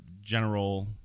general